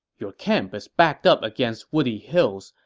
your camp is backed up against woody hills,